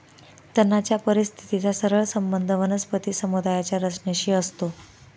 तणाच्या परिस्थितीचा सरळ संबंध वनस्पती समुदायाच्या रचनेशी असतो